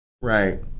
Right